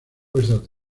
fuerzas